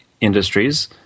industries